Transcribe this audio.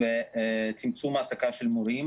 וצמצום העסקה של מורים